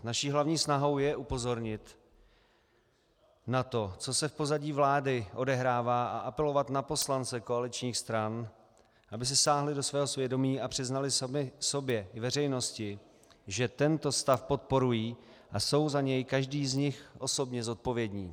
Naší hlavní snahou je upozornit na to, co se v pozadí vlády odehrává, a apelovat na poslance koaličních stran, aby si sáhli do svého svědomí a přiznali sami sobě i veřejnosti, že tento stav podporují a jsou za něj každý z nich osobně zodpovědní.